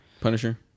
Punisher